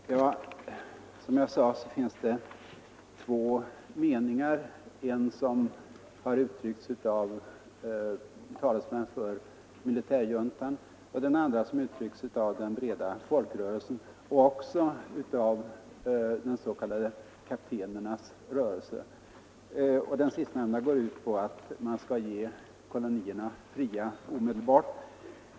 Herr talman! Som jag sade finns det två meningar, en som har uttryckts av talesmän för militärjuntan och en annan, som uttryckts av den breda folkrörelsen och även av den rörelse inom krigsmakten som går under namnet kaptenernas rörelse. Den sistnämnda uppfattningen går ut på att man skall ge kolonierna fria omedelbart.